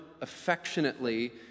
affectionately